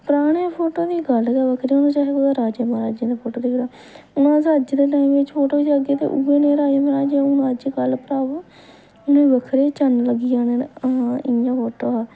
पराने फोटो दी गल्ल गै बक्खरी ऐ भाएं चाहे कुतै राजे महाराजे दे फोटो हून अस अज्ज दे टाइम बिच्च फोटो खचाह्गे ते उ'ऐ नेहा होना हून अज्जकल भ्रावा बक्खरे चन्न लग्गी जाने न हां इ'यां फोटो हा